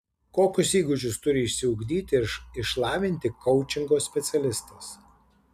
kokius įgūdžius turi išsiugdyti ir išlavinti koučingo specialistas